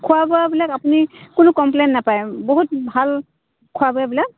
খোৱা বোৱাবিলাক আপুনি কোনো কমপ্লেইন নাপায় বহুত ভাল খোৱা বোৱাবিলাক